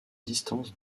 distance